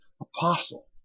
apostle